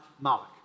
Moloch